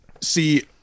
see